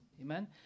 Amen